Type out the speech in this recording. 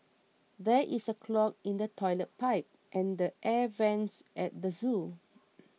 there is a clog in the Toilet Pipe and the Air Vents at the zoo